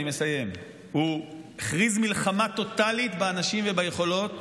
אני מסיים: הוא הכריז מלחמה טוטלית באנשים וביכולות,